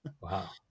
Wow